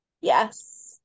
yes